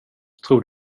tror